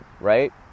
right